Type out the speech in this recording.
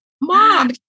Mom